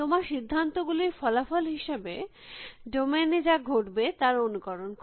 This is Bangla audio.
তোমার সিদ্ধান্ত গুলির ফলাফল হিসাবে ডোমেইন এ যা ঘটবে তার অনুকরণ কর